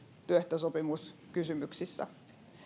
työehtosopimuskysymyksissä